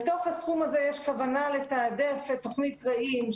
בתוך הסכום הזה יש כוונה לתעדף את תוכנית רעים,